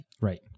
Right